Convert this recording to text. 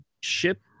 ship